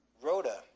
Rhoda